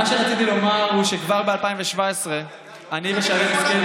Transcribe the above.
מה שרציתי לומר הוא שכבר ב-2017 אני ושרן השכל,